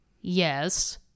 yes